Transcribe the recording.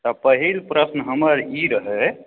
तऽ पहिल प्रश्न हमर ई रहए